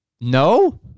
No